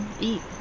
eat